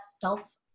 self